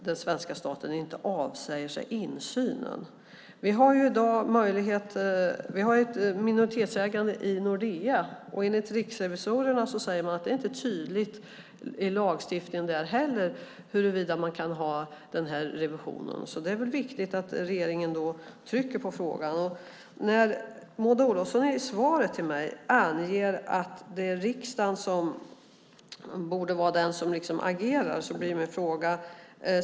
Den svenska staten ska inte avsäga sig insynen. Vi har i dag ett minoritetsägande i Nordea. Riksrevisorerna säger att det inte heller där är tydligt i lagstiftningen huruvida man kan ha revisionen. Det är viktigt att regeringen tittar på frågan. Maud Olofsson anger i svaret till mig att det är riksdagen som borde vara den som agerar.